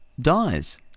dies